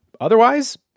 otherwise